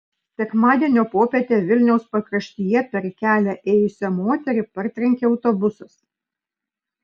sekmadienio popietę vilniaus pakraštyje per kelią ėjusią moterį partrenkė autobusas